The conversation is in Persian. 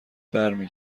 برمی